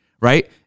right